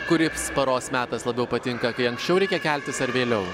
kurips paros metas labiau patinka kai anksčiau reikia keltis ar vėliau